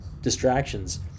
distractions